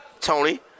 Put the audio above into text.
Tony